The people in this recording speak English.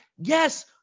yes